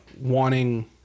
wanting